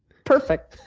perfect.